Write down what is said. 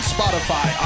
Spotify